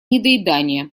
недоедания